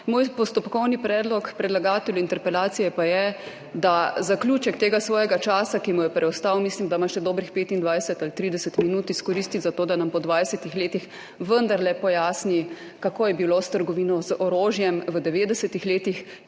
Moj postopkovni predlog predlagatelju interpelacije pa je, da zaključek tega svojega časa, ki mu je preostal, mislim, da ima še dobrih 25 ali 30 minut, izkoristi za to, da nam po 20 letih vendarle pojasni, kako je bilo s trgovino z orožjem v 90. letih,